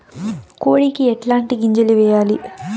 కోడికి ఎట్లాంటి గింజలు వేయాలి?